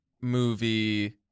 movie